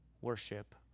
worship